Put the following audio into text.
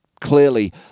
clearly